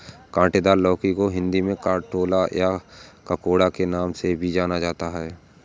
काँटेदार लौकी को हिंदी में कंटोला या ककोड़ा के नाम से भी जाना जाता है